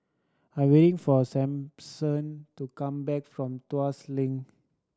I waiting for Sampson to come back from Tuas Link